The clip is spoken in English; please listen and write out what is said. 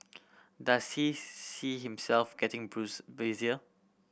does he see himself getting busier